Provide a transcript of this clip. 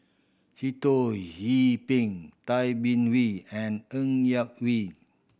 Sitoh Yih Pin Tay Bin Wee and Ng Yak Whee